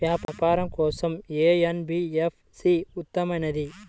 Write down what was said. వ్యాపారం కోసం ఏ ఎన్.బీ.ఎఫ్.సి ఉత్తమమైనది?